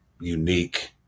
unique